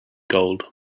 gold